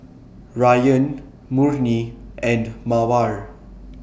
Rayyan Murni and Mawar